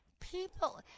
people